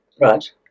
right